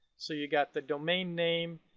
so you got the domain name,